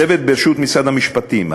צוות בראשות משרד המשפטים,